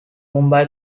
mumbai